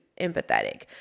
empathetic